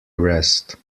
rest